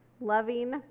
Loving